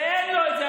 אין לו את זה,